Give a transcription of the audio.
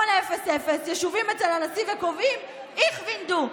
08:00 ישובים אצל הנשיא וקובעים: איך וין דו,